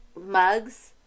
mugs